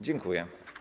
Dziękuję.